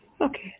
Okay